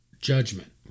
judgment